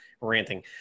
ranting